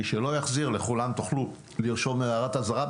מי שלא יחזיר, לכולם תוכל ולרשום הערת אזהרה.